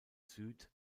süd